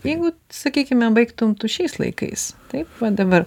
jeigu sakykime baigtum tu šiais laikais taip va dabar